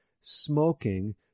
smoking